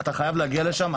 אתה חייב להגיע לשם,